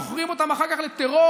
מוכרים אותם אחר כך לטרור,